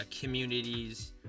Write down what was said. communities